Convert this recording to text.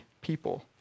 people